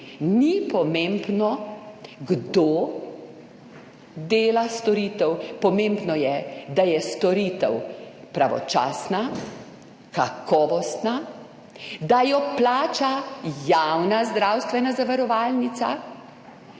ni pomembno kdo dela storitev, pomembno je, da je storitev pravočasna, kakovostna, da jo plača javna zdravstvena zavarovalnica